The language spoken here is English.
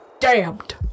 damned